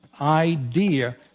idea